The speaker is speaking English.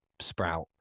sprout